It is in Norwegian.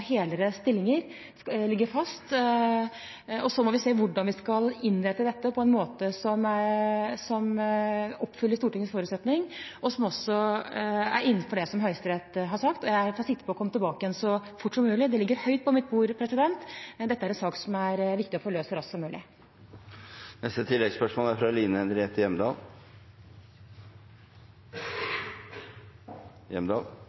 stillinger, ligger fast, og så må vi se hvordan vi skal innrette dette på en måte som oppfyller Stortingets forutsetninger, og som også er innenfor det som Høyesterett har sagt. Jeg tar sikte på å komme tilbake igjen så fort som mulig. Det ligger høyt oppe på mitt bord. Dette er en sak som er viktig å få løst så raskt som mulig.